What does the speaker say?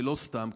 ולא סתם,